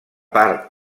part